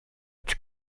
its